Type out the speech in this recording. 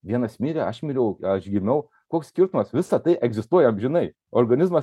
vienas mirė aš miriau aš gimiau koks skirtumas visa tai egzistuoja amžinai organizmas